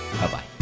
Bye-bye